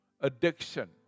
addiction